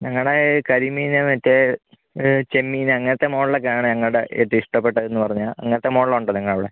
ഞങ്ങടെ കരിമീന് മറ്റേ ചെമ്മീന് അങ്ങനത്തെ മോഡലൊക്കെയാണ് ഞങ്ങളുടെ ഏറ്റവും ഇഷ്ടപ്പെട്ടതെന്ന് പറഞ്ഞാൽ അങ്ങനത്തെ മോഡലുണ്ടോ നിങ്ങളുടെ അവിടെ